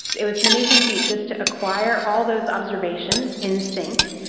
it was an amazing feat, just to acquire all those observations in sync,